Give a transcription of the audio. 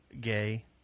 gay